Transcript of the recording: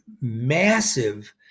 massive